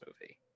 movie